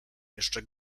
jeszcze